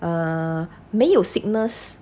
err 没有 sickness